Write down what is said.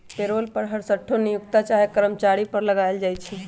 payroll कर हरसठ्ठो नियोक्ता चाहे कर्मचारी पर लगायल जाइ छइ